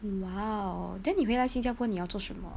!wow! then 你回来新加坡你要做什么